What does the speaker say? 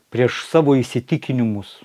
prieš savo įsitikinimus